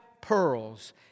pearls